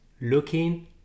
looking